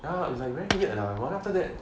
!huh! it's like very weird ah then after that